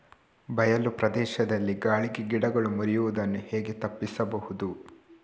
ಬಯಲು ಪ್ರದೇಶದಲ್ಲಿ ಗಾಳಿಗೆ ಗಿಡಗಳು ಮುರಿಯುದನ್ನು ಹೇಗೆ ತಪ್ಪಿಸಬಹುದು?